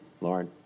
Lauren